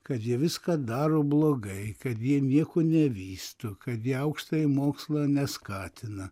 kad jie viską daro blogai kad jie nieko nevysto kad į aukštąjį mokslą neskatina